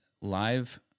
live